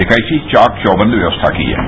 एक ऐसी चाक चौबंध व्यवस्था की गई है